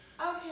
Okay